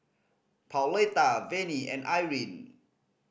Pauletta Venie and Irine